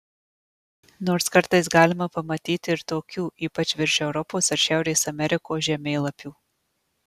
nors kartais galima pamatyti ir tokių ypač virš europos ar šiaurės amerikos žemėlapių